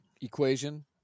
equation